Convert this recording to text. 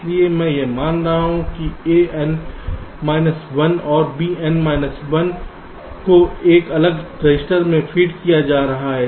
इसलिए मैं यह मान रहा हूं कि An माइनस 1 और Bn माइनस 1 को एक अलग रजिस्टर में फीड किया जा रहा है